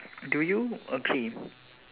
do you agree